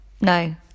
No